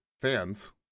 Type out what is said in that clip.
fans